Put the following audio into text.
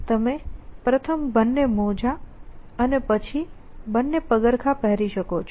તમે પ્રથમ બંને મોજાં અને પછી બંને પગરખાં પહેરી શકો છો